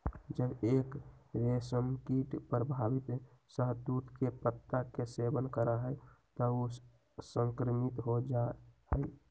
जब एक रेशमकीट प्रभावित शहतूत के पत्ता के सेवन करा हई त ऊ संक्रमित हो जा हई